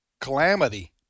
calamity